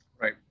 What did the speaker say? Right